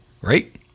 right